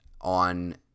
on